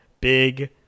big